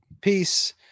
peace